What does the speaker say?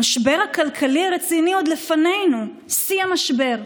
המשבר הכלכלי הרציני עוד לפנינו, שיא המשבר,